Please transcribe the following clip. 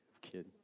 kidding